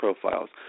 profiles